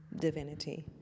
divinity